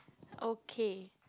okay